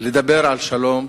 לדבר על שלום,